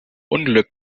unglück